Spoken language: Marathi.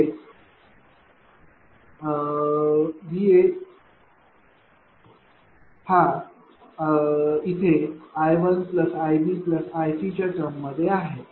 म्हणजेच इथे VAहा iAiBiC च्या टर्म मध्ये आहे